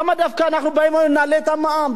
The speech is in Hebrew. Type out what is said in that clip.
למה דווקא אנחנו באים ונעלה את המע"מ?